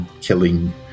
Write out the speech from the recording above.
killing